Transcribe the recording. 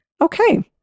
okay